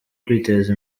kwiteza